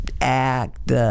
act